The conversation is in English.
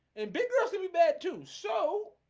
and bigger upset me bad too. so